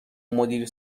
مدیر